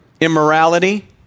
immorality